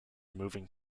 moving